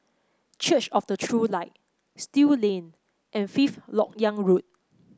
Church of the True Light Still Lane and Fifth LoK Yang Road